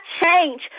change